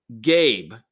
Gabe